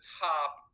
top